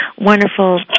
wonderful